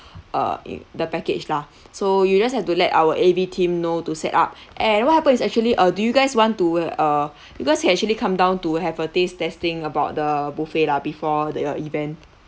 uh in the package lah so you just have to let our A_V team know to set up and what happens is actually uh do you guys want to uh you guys can actually come down to have a taste testing about the buffet lah before the event